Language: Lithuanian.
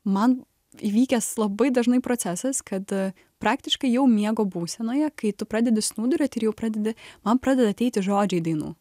man įvykęs labai dažnai procesas kad praktiškai jau miego būsenoje kai tu pradedi snūduriuoti ir jau pradedi man pradeda ateiti žodžiai dainų